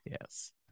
Yes